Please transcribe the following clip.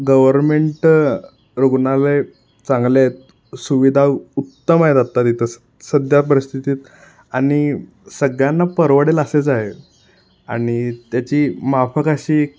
government रुग्णालयं चांगले आहेत सुविधा उत्तम आहेत आत्ता तिथं सध्या परिस्थितीत आणि सगळ्यांना परवडेल असेच आहे आणि त्याची माफक अशी